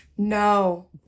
No